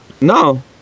No